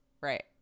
Right